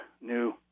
new